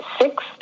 six